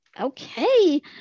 Okay